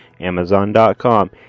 Amazon.com